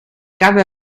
cada